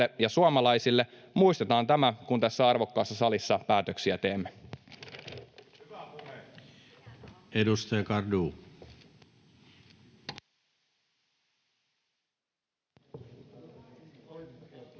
ja suomalaisille. Muistetaan tämä, kun tässä arvokkaassa salissa päätöksiä teemme.